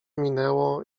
minęło